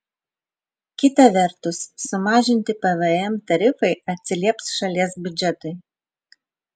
kita vertus sumažinti pvm tarifai atsilieps šalies biudžetui